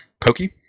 Pokey